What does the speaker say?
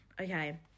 Okay